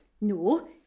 No